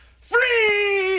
Free